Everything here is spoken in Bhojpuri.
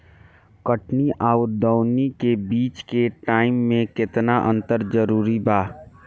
कटनी आउर दऊनी के बीच के टाइम मे केतना अंतर जरूरी बा?